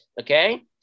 okay